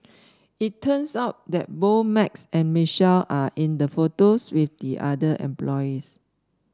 it turns out that both Max and Michelle are in the photos with the other employees